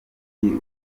mujyi